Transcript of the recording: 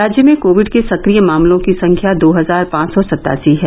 राज्य में कोविड के सक्रिय मामलों की संख्या दो हजार पांच सौ सत्तासी है